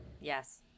Yes